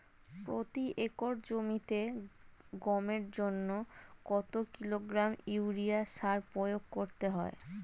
প্রতি একর জমিতে গমের জন্য কত কিলোগ্রাম ইউরিয়া সার প্রয়োগ করতে হয়?